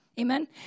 Amen